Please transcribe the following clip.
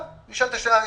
נשאלת השאלה,